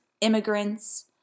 immigrants